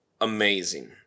amazing